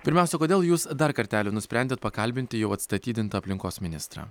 pirmiausia kodėl jūs dar kartelį nusprendėt pakalbinti jau atstatydintą aplinkos ministrą